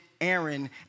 Aaron